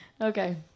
okay